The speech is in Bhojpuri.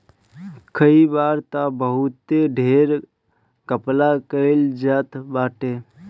कई बार तअ बहुते ढेर घपला कईल जात बाटे